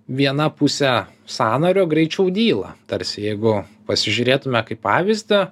viena pusė sąnario greičiau dyla tarsi jeigu pasižiūrėtume kaip pavyzdį